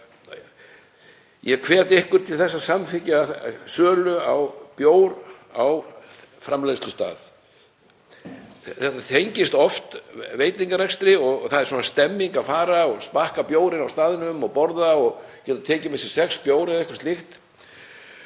ég hvet ykkur til að samþykkja sölu á bjór á framleiðslustað. Þetta tengist oft veitingarekstri og það er stemning að fara og smakka bjórinn á staðnum og borða og geta tekið með sér sex bjóra eða eitthvað slíkt